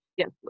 Yes